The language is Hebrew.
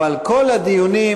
אבל כל הדיונים,